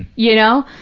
you know,